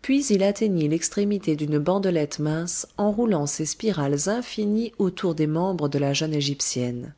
puis il atteignit l'extrémité d'une bandelette mince enroulant ses spirales infinies autour des membres de la jeune égyptienne